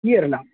यिअरला